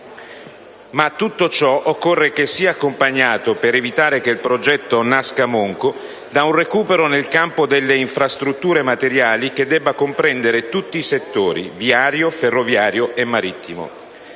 che tutto ciò sia accompagnato, per evitare che il progetto nasca monco, da un recupero nel campo delle infrastrutture materiali che debba comprendere tutti i settori: viario, ferroviario e marittimo.